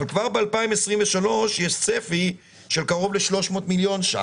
אבל כבר ב-2023 יש צפי של קרוב ל-300 מיליון שקלים.